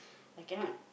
I cannot